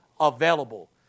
available